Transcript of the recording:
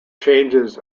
changes